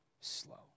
slow